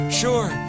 sure